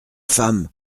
femme